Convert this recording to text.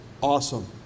awesome